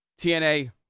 TNA